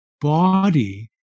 body